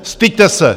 Styďte se!